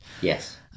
Yes